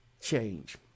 change